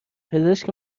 پزشک